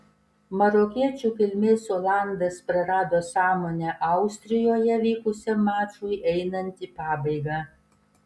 marokiečių kilmės olandas prarado sąmonę austrijoje vykusiam mačui einant į pabaigą